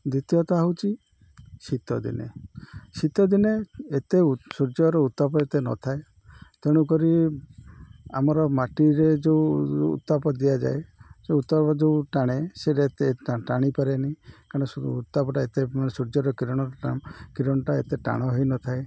ଦ୍ୱିତୀୟତା ହେଉଛି ଶୀତ ଦିନେ ଶୀତଦିନେ ଏତେ ସୂର୍ଯ୍ୟର ଉତ୍ତାପ ଏତେ ନଥାଏ ତେଣୁକରି ଆମର ମାଟିରେ ଯେଉଁ ଉତ୍ତାପ ଦିଆଯାଏ ସେ ଉତ୍ତାପ ଯେଉଁ ଟାଣେ ସେଇଟା ଏତେ ଟାଣିପାରେନି କାରଣ ଉତ୍ତାପଟା ଏତେ ସୂର୍ଯ୍ୟର କିରଣ କିରଣଟା ଏତେ ଟାଣ ହୋଇନଥାଏ